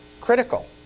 critical